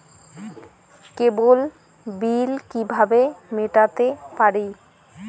কেবল bill কিভাবে মেটাতে পারি?